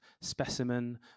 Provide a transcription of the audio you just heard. specimen